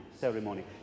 ceremony